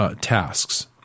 tasks